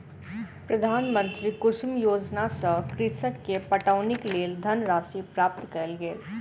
प्रधानमंत्री कुसुम योजना सॅ कृषक के पटौनीक लेल धनराशि प्रदान कयल गेल